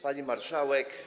Pani Marszałek!